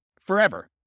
forever